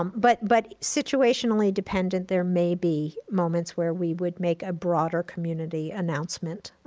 um but but situationally dependent, there may be moments where we would make a broader community announcement,